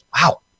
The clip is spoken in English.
wow